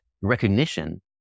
recognition